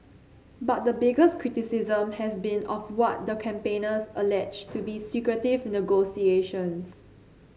but the biggest criticism has been of what the campaigners allege to be secretive negotiations